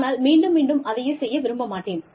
ஆனால் மீண்டும் மீண்டும் அதையே செய்ய விரும்ப மாட்டேன்